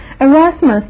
Erasmus